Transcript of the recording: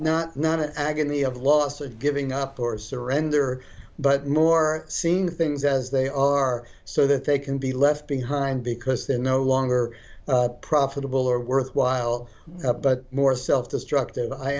not not an agony of loss d of giving up or surrender but more seen things as they are so that they can be left behind because they are no longer profitable or worthwhile but more self destructive i